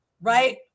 right